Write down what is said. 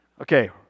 Okay